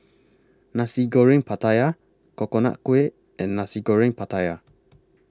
Nasi Goreng Pattaya Coconut Kuih and Nasi Goreng Pattaya